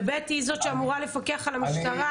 ושנית היא זאת שאמורה לפקח על המשטרה,